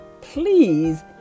please